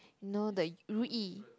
no the Ru Yi